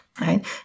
right